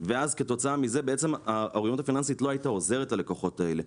ואז כתוצאה מזה בעצם האוריינות הפיננסית לא הייתה עוזרת ללקוחות האלה.